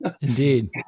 Indeed